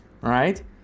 right